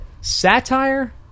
satire